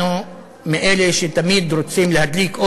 אנחנו מאלה שתמיד רוצים להדליק אור,